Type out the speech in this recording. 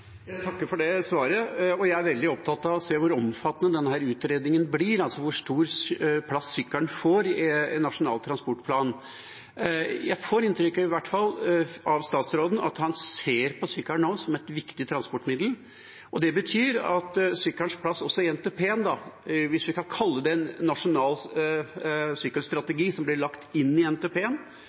Jeg takker for svaret. Jeg er veldig opptatt av å se hvor omfattende denne utredningen blir, altså hvor stor plass sykkelen får i Nasjonal transportplan. Jeg får i hvert fall inntrykk fra statsråden av at han ser på sykkelen som et viktig transportmiddel. Det betyr at sykkelen også i NTP-en – hvis vi kan kalle det en nasjonal sykkelstrategi som blir lagt inn i